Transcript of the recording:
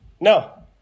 No